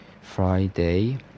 Friday